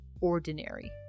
Ordinary